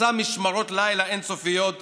עושה משמרות לילה אין-סופיות בתצפית,